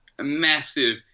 massive